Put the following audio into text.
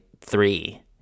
three